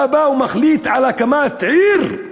אתה בא ומחליט על הקמת עיר,